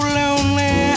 lonely